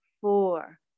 four